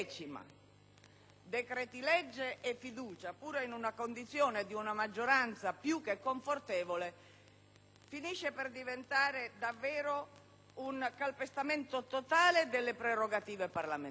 decreto-legge e fiducia, pure in una condizione che vede una maggioranza più che confortevole, e ciò finisce per diventare davvero un calpestamento totale delle prerogative parlamentari.